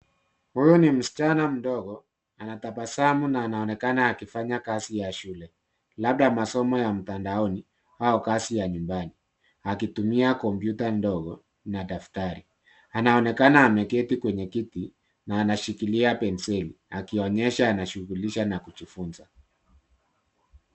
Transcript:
Huyu ni msichana mdogo, anatabasamu na anaonekana akifanya kazi ya shule .Labda masomo ya mtandaoni au kazi ya nyumbani, akitumia kompyuta ndogo na daftari. Anaonekana ameketi kwenye kiti ,na anashikilia penceli. ikionyesha anashughulisha na kujifunza.